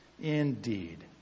Indeed